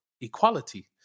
Equality